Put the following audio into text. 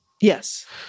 Yes